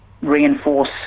reinforce